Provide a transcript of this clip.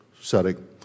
setting